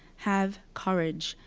have courage,